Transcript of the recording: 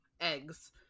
eggs